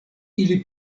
ili